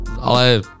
ale